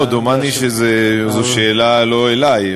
לא, דומני שזו שאלה לא אלי.